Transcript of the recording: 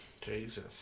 Jesus